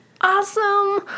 awesome